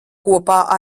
kopā